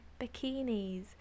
bikinis